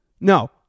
No